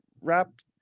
wrapped